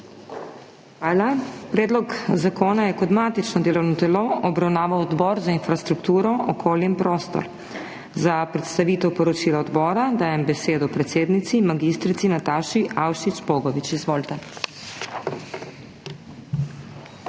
Hvala. Predlog zakona je kot matično delovno telo obravnaval Odbor za infrastrukturo, okolje in prostor. Za predstavitev poročila odbora dajem besedo predsednici, mag. Nataši Avšič Bogovič. Izvolite. **MAG.